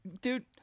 dude